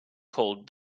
called